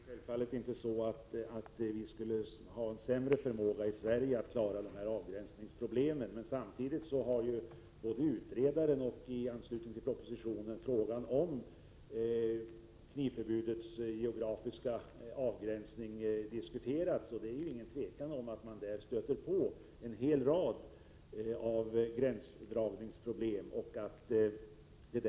Herr talman! Självfallet är vi i Sverige inte sämre än andra när det gäller att klara avgränsningproblemen. Men utredaren har ju diskuterat frågan om knivförbudets geografiska avgränsning. En diskussion har också förts i anslutning till arbetet med propositionen. Det råder inget tvivel om att man i det här sammanhanget stöter på en rad gränsdragningsproblem.